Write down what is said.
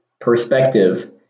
perspective